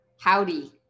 Howdy